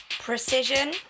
Precision